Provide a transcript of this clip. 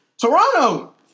Toronto